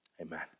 Amen